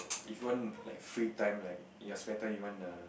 if want like free time like in your spare time you wanna